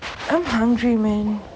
I'm hungry man